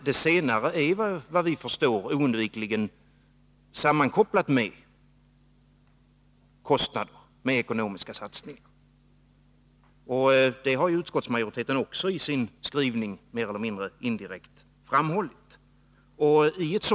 Det senare är efter vad vi förstår oundvikligen sammankopplat med ekonomiska satsningar. Det har utskottsmajoriteten också indirekt framhållit isin skrivning.